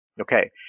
Okay